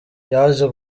yaje